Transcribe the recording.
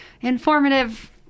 informative